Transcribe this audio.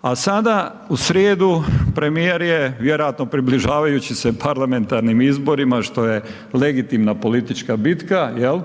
a sada u srijedu premijer je vjerojatno približavajući se parlamentarnim izborima što je legitimna politička bitka, jel,